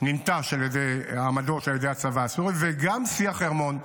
ננטש על ידי העמדות, הצבא הסורי, וגם שיא החרמון,